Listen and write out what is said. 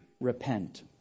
repent